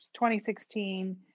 2016